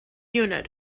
unit